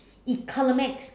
economics